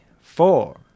four